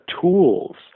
tools